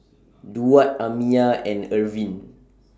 Durward Amiah and Irvin